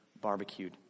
barbecued